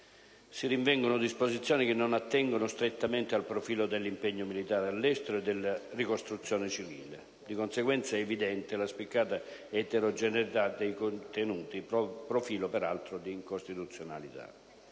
si rinvengono disposizioni che non attengono strettamente al profilo dell'impegno militare all'estero e della ricostruzione civile. Di conseguenza, è evidente la spiccata eterogeneità dei contenuti, profilo peraltro di incostituzionalità.